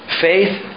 faith